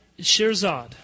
Shirzad